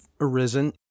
arisen